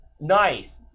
nice